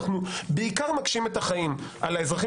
אנחנו בעיקר מקשים את החיים על האזרחים